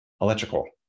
Electrical